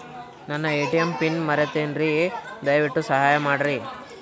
ನನ್ನ ATM pin ಮರೆತೇನ್ರೀ, ದಯವಿಟ್ಟು ಸಹಾಯ ಮಾಡ್ರಿ